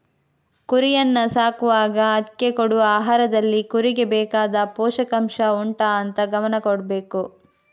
ಕುರಿಯನ್ನ ಸಾಕುವಾಗ ಅದ್ಕೆ ಕೊಡುವ ಆಹಾರದಲ್ಲಿ ಕುರಿಗೆ ಬೇಕಾದ ಪೋಷಕಾಂಷ ಉಂಟಾ ಅಂತ ಗಮನ ಕೊಡ್ಬೇಕು